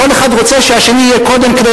כל אחד רוצה שהשני יהיה קודם,